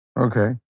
Okay